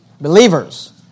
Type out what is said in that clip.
believers